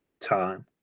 time